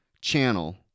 channel